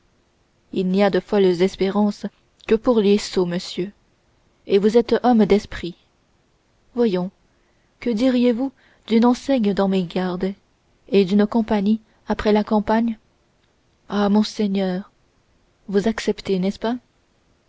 il n'y a de folles espérances que pour les sots monsieur et vous êtes homme d'esprit voyons que diriez-vous d'une enseigne dans mes gardes et d'une compagnie après la campagne ah monseigneur vous acceptez n'est-ce pas